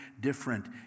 different